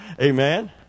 Amen